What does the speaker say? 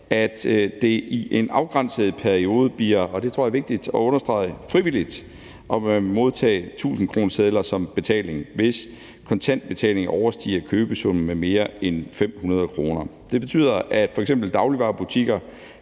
at det i en afgrænset periode bliver frivilligt – og det tror jeg er vigtigt at understrege – om man vil modtage 1.000-kronesedler som betaling, hvis kontantbetalingen overstiger købesummen med mere end 500 kr. Det betyder, at f.eks. dagligvarebutikker